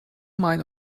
mind